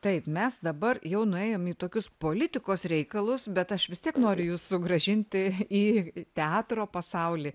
taip mes dabar jau nuėjom į tokius politikos reikalus bet aš vis tiek noriu jus sugrąžinti į teatro pasaulį